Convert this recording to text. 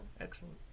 Excellent